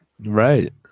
Right